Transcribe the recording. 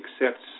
accepts